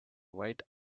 white